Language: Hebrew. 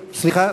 סליחה,